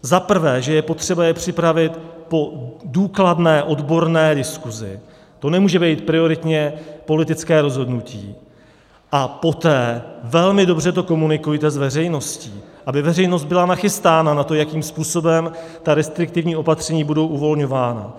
Za prvé, že je potřeba je připravit po důkladné odborné diskuzi to nemůže být prioritně politické rozhodnutí a poté velmi dobře to komunikujte s veřejností, aby veřejnost byla nachystána na to, jakým způsobem ta restriktivní opatření budou uvolňována.